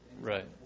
Right